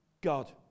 God